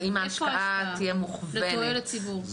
האם ההשקעה לתועלת הציבור?